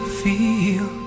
feel